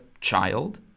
child